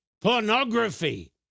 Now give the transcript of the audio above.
pornography